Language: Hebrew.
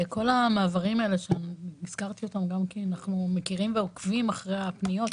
לכל המעברים האלה שהזכרתי אותם גם כי אנחנו מכירים ועוקבים אחרי הפניות,